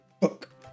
book